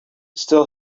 still